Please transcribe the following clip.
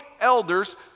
elders